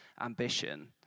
ambition